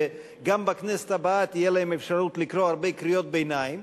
שגם בכנסת הבאה תהיה להם אפשרות לקרוא הרבה קריאות ביניים.